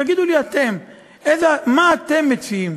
תגידו לי אתם: מה אתם מציעים?